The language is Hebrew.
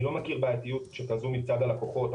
אני לא מכיר בעייתיות כזאת מצד הלקוחות.